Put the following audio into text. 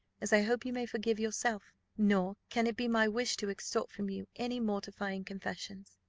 as i hope you may forgive yourself nor can it be my wish to extort from you any mortifying confessions.